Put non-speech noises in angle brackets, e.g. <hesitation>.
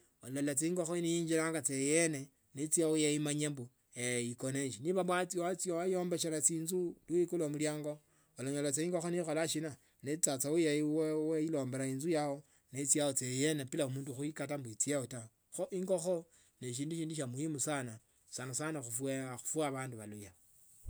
Onyda chingokho neinjiranga chye eyene nechia ye yemanya mbu <hesitation> ikoneyo nibwa wayo mbekhela chinzu no ikula muliango olanyola ingokho ne ikholashina neicha sa wailombela inzu ao nechia saa yene bila mundu khuikata ichie ta kho ingokho ni shindu shindi shya muhimu sana sanasana khufwa abanabalio.